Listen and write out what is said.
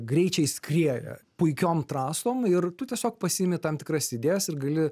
greičiais skrieja puikiom trasom ir tu tiesiog pasiimi tam tikras idėjas ir gali